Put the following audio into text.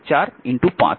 তাই 20 ওয়াট